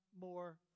more